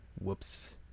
Whoops